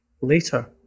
later